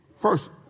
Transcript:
first